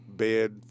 bed